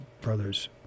brothers